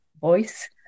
voice